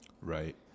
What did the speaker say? Right